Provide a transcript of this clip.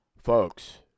folks